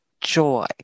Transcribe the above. joy